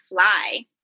fly